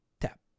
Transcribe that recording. tap